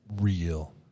real